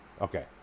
Okay